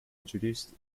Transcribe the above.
introduced